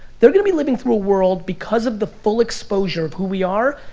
they're gonna be living through a world because of the full exposure of who we are,